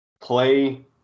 play